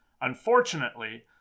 Unfortunately